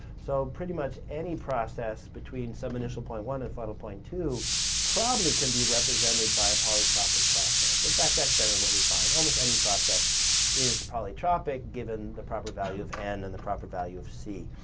so, pretty much any process between some initial point one and final point two probably can be represented by a polytropic process. in fact, that's generally what we find, almost any process is polytropic given the proper value of n and the proper value of c.